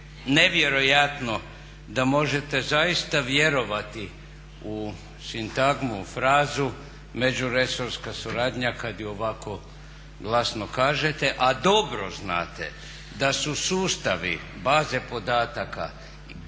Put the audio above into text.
nevjerojatno da možete zaista vjerovati u sintagmu, frazu međuresorska suradnja kada je ovako glasno kažete, a dobro znate da su sustavi baze podataka između